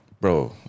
Bro